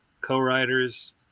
co-writers